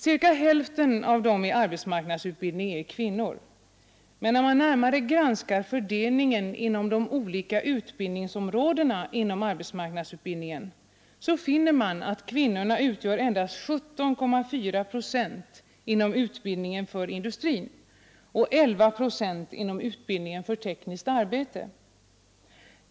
Cirka hälften av personerna i arbetsmarknadsutbildning är kvinnor, men när man närmare granskar fördelningen på olika utbildningsområden inom arbetsmarknadsutbildningen finner man, att kvinnorna utgör endast 17,4 procent inom utbildning för industri och 11 procent inom utbildning för tekniskt arbete.